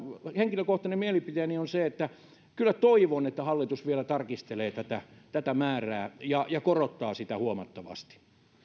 henkilökohtainen mielipiteeni on se että kyllä toivon että hallitus vielä tarkastelee tätä tätä määrää ja ja korottaa sitä huomattavasti